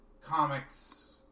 comics